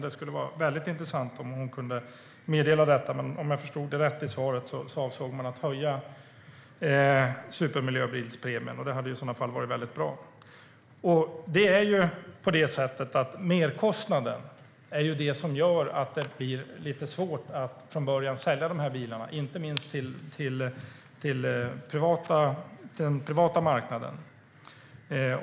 Det skulle vara väldigt intressant om hon kunde meddela detta, men om jag förstod svaret rätt avser man att höja supermiljöbilspremien, och det är i sådana fall väldigt bra. Det är ju på det sättet att merkostnader gör det lite svårt att från början sälja de här bilarna, inte minst till den privata marknaden.